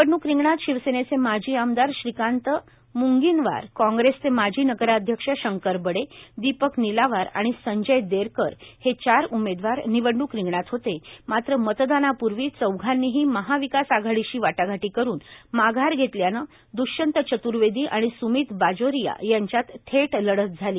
निवडणुक रिंगणात शिवसेनेचे माजी आमदार श्रीकांत मुंगीनवार काँग्रेस चे माजी नगराध्यक्ष शंकर बडे दीपक निलावार आणि संजय देरकर हे चार उमेदवार निवडणूक रिंगणात होते मात्र मतदानापूर्वी चौघांनीही महाविकास आघाडीशी वाटाघाटी करून माघार घेतल्यानं दृष्यंत चतुर्वेदी आणि सुमित बाजोरिया यांच्यात थेट लढत झाली